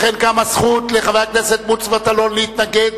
לכן קמה הזכות לחבר הכנסת מוץ מטלון להתנגד